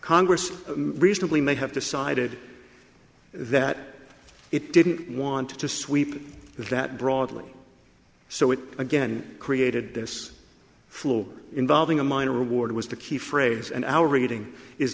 congress recently may have decided that it didn't want to sweep that broadly so it again created this flow involving a minor award was the key phrase and now reading is